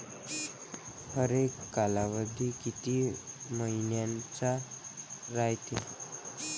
हरेक कालावधी किती मइन्याचा रायते?